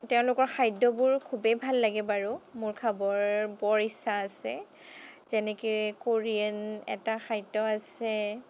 তেওঁলোকৰ খাদ্যবোৰ খুবেই ভাল লাগে বাৰু মোৰ খাবৰ বৰ ইচ্ছা আছে যেনেকে কোৰিয়ান এটা খাদ্য আছে